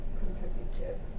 contributive